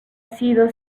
sido